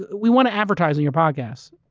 we want to advertise on your podcast.